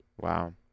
Wow